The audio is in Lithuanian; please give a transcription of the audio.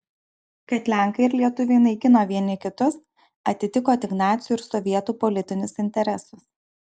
kad lenkai ir lietuviai naikino vieni kitus atitiko tik nacių ir sovietų politinius interesus